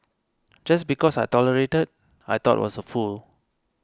just because I tolerated I thought was a fool